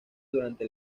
durante